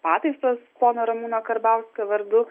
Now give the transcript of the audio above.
pataisos pono ramūno karbauskio vardu